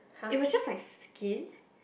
it was just like skin